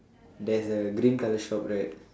there's a green colour shop right